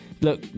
look